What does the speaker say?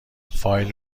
فایل